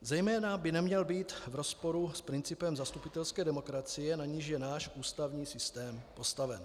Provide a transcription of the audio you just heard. Zejména by neměl být v rozporu s principem zastupitelské demokracie, na níž je náš ústavní systém postaven.